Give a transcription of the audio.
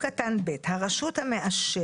ארבעה חודשים זה פרק הזמן שהחוק מאפשר